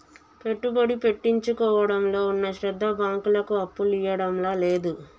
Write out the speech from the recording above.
పెట్టుబడి పెట్టించుకోవడంలో ఉన్న శ్రద్ద బాంకులకు అప్పులియ్యడంల లేదు